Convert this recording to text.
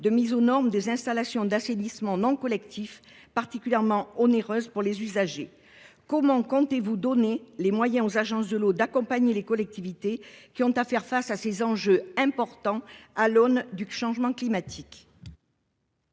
de mise aux normes des installations d'assainissement non collectif, particulièrement onéreuse pour les usagers. Madame la secrétaire d'État, comment comptez-vous donner aux agences de l'eau les moyens d'accompagner les collectivités qui ont à faire face à ces enjeux importants à l'aune du changement climatique ?